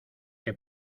que